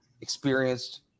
experienced